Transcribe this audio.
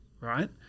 right